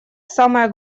самое